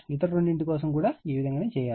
ఇతర రెండింటి కోసం కూడా ఈ విధంగా చేయవచ్చు